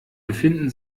befinden